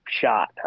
shot